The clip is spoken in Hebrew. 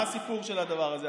מה הסיפור של הדבר הזה?